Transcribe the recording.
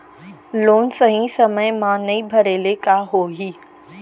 Loan सही समय मा नई भरे ले का होही?